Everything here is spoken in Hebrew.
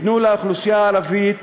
תנו לאוכלוסייה הערבית